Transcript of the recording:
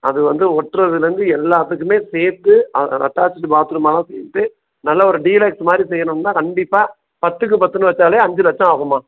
அது வந்து ஒட்டுறதுலேர்ந்து எல்லாத்துக்குமே சேர்த்து அட்டேச்டு பாத்ரூம் ஆக்கிட்டு நல்ல ஒரு டீலெக்ஸ் மாதிரி செய்யணும்னா கண்டிப்பாக பத்துக்கு பத்துனு வச்சாலே அஞ்சு லட்சம் ஆகுதும்மா